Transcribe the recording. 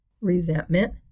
resentment